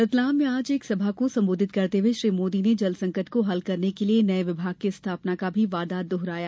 रतलाम में आज एक सभा को संबोधित करते हुए श्री मोदी ने जल संकट को हल करने के लिए नए विभाग की स्थापना का वादा भी दोहराया